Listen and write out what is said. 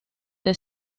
the